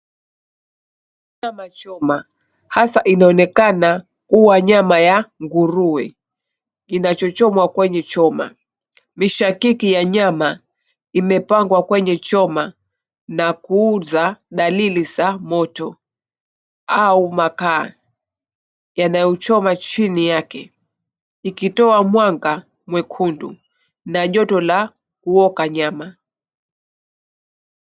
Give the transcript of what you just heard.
Nyama choma hasa inaonekana hua nyama ya nguruwe inachochomwa kwenye choma. Mishakiki ya nyama imepangwa kwenye choma na kuuza dalili za moto au makaa yanayochoma chini yake ikitoa mwanga mwekundu na joto la kuoka nyama.